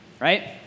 right